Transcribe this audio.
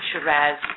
Shiraz